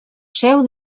seu